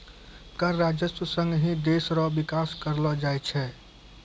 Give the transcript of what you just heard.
कर राजस्व सं ही देस रो बिकास करलो जाय छै